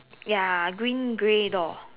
ya a green grey door